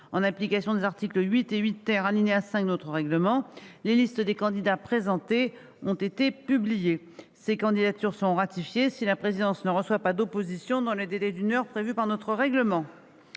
En application des articles 8 et 8 , alinéa 5, du règlement du Sénat, les listes de candidats remises par les groupes politiques ont été publiées. Ces candidatures seront ratifiées si la présidence ne reçoit pas d'opposition dans le délai d'une heure prévu par notre règlement.